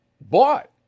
Bought